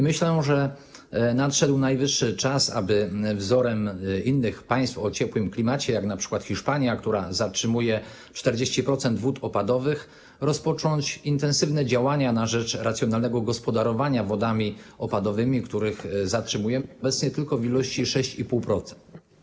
Myślę, że to najwyższy czas, aby wzorem innych państw o ciepłym klimacie, takich jak np. Hiszpania, która zatrzymuje 40% wód opadowych, rozpocząć intensywne działania na rzecz racjonalnego gospodarowania wodami opadowymi, które zatrzymujemy obecnie tylko w 6,5%.